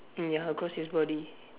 ya across his body